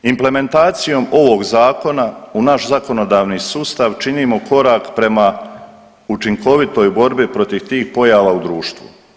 Implementacijom ovog zakona u naš zakonodavni sustav činimo korak prema učinkovitoj borbi protiv tih pojava u društvu.